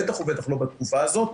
בטח ובטח לא בתקופה הזאת.